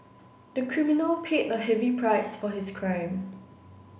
the criminal paid a heavy price for his crime